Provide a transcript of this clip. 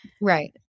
Right